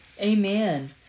Amen